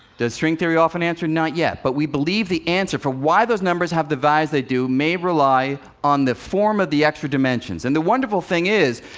does string theory offer an answer? not yet. but we believe the answer for why those numbers have the values they do may rely on the form of the extra dimensions. and the wonderful thing is,